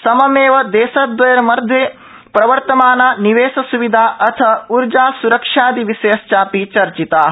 सममेव देशद्वयोर्मध्ये प्रवर्तमाना निवेशस्विधा अथ ऊर्जा स्रक्षादि विषयाश्चापि चर्चिता